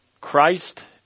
Christ